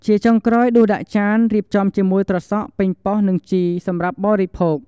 ជាចុងក្រោយដួសដាក់ចាន រៀបចំជាមួយត្រសក់ ប៉េងប៉ោះ និងជីរ សម្រាប់បរិភោគ។